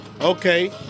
Okay